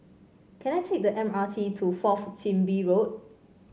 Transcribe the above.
can I take the M R T to Fourth Chin Bee Road